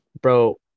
bro